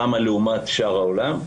חמ"ע לעומת שאר העולם,